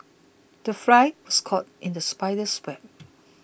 the fly was caught in the spider's web